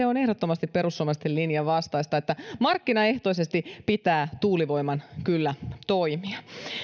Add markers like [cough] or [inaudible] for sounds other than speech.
[unintelligible] on ehdottomasti perussuomalaisten linjan vastaista eli markkinaehtoisesti pitää tuulivoiman kyllä toimia